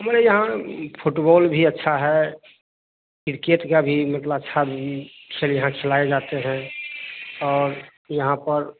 मने यहाँ फुटबल भी अच्छा हे किरकेट का भी मतलब अच्छा खेल यहाँ खिलाए जाते हें और यहाँ पर